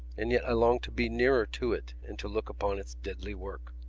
and yet i longed to be nearer to it and to look upon its deadly work.